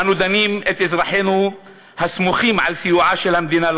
אנו דנים את אזרחינו הסומכים על סיועה של המדינה,